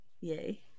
Yay